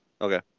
Okay